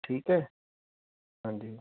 ਠੀਕ ਹੈ ਹਾਂਜੀ